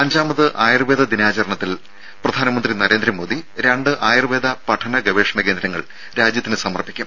അഞ്ചാമത് ആയുർവേദ ദിനാചരണത്തിൽ പ്രധാനമന്ത്രി നരേന്ദ്രമോദി രണ്ട് ആയുർവേദ പഠന ഗവേഷണ കേന്ദ്രങ്ങൾ രാജ്യത്തിന് സമർപ്പിക്കും